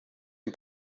dem